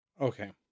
Okay